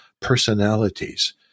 personalities